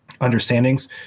understandings